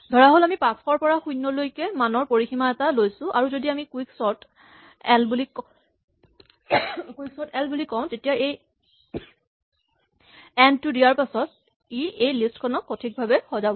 ধৰাহ'ল আমি ৫০০ ৰ পৰা ০ লৈকে মানৰ পৰিসীমা এটা লৈছো আৰু যদি আমি কুইকচৰ্ট এল বুলি কওঁ তেতিয়া এই এন্ড টো দিয়াৰ পাছত ই এই লিষ্ট খনক সঠিককৈ সজাব